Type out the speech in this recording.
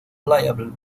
liable